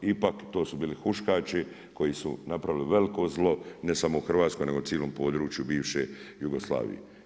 Ipak to su bili huškači koji su napravili veliko zlo ne samo u Hrvatskoj nego cilom području bivše Jugoslavije.